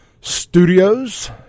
Studios